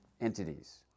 entities